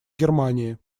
германии